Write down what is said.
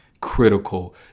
critical